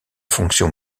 fonction